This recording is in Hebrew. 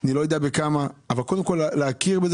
אני לא יודע בכמה אבל קודם כל להכיר בזה